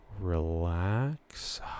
Relax